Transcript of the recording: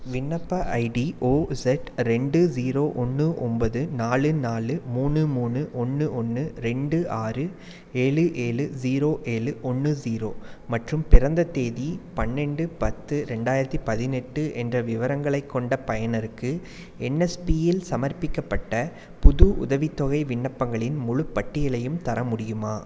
விண்ணப்ப ID OIZ ரெண்டு zero ஒன்று ஒன்பது நாலு நாலு மூணு மூணு ஒன்று ஒன்று ரெண்டு ஆறு ஏழு ஏழு ஜீரோ ஏழு ஒன்று ஜீரோ மற்றும் பிறந்த தேதி பன்ரெண்டு பத்து ரெண்டாயிரத்தி பதினெட்டு என்ற விவரங்களைக் கொண்ட பயனருக்கு என்எஸ்பியில் சமர்ப்பிக்கப்பட்ட புது உதவித்தொகை விண்ணப்பங்களின் முழுப்பட்டியலையும் தர முடியுமா